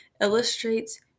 illustrates